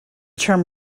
term